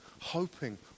hoping